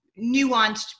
nuanced